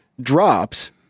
drops